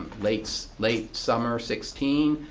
late late summer sixteen,